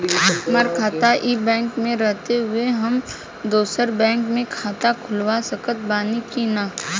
हमार खाता ई बैंक मे रहते हुये हम दोसर बैंक मे खाता खुलवा सकत बानी की ना?